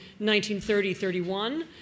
1930-31